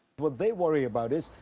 what they worry about is,